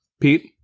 Pete